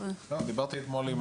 דיברתי אתמול עם